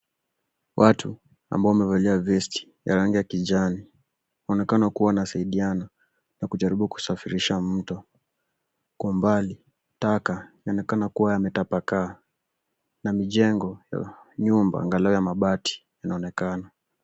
Watu ambao wamevalia vesti ya rangi ya kijani wanaonekana kuwa wanasaidiana na kujaribu kusafirisha mto. Kwa mbali taka yanaonekana kuwa yametapakaa na mijengo ya nyumba , angalau ya mabati inaonekana.